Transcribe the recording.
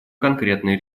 конкретные